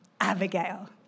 Abigail